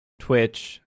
twitch